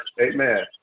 Amen